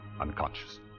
unconscious